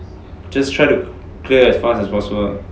just try to clear as fast as possible